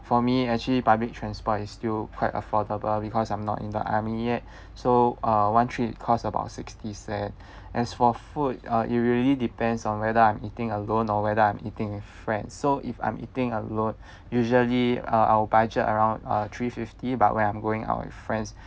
for me actually public transport is still quite affordable because I'm not in the army yet so uh one trip cost about sixty cents as for food uh it really depends on whether I'm eating alone or whether I'm eating with friends so if I'm eating alone usually I will budget around uh three fifty but when I'm going out with friends